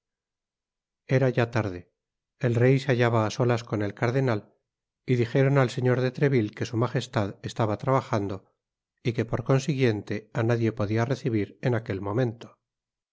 era ya tarde el rey se hallaba á solas con el cardenal y dijeron al señor de treville que su magestad estaba trabajando y que por consiguiente á nadie podia recibir en aquel momento